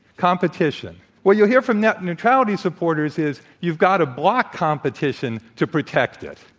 competition. what you'll hear from net neutrality supporters is you've got to block competition to protect it.